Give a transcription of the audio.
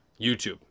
youtube